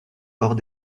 hors